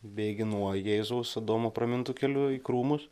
bėgi nuo jėzaus adomo pramintu keliu į krūmus